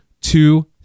two